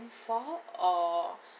for or